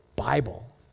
Bible